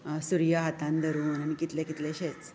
सुर्य हातान धरून आनी कितले कितलेशेच